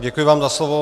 Děkuji vám za slovo.